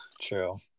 true